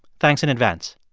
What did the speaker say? thanks in advance.